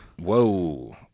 Whoa